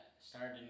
started